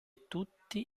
tutti